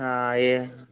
ఇక